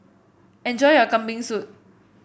enjoy your Kambing Soup